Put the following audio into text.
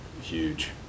huge